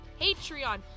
Patreon